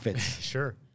Sure